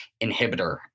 inhibitor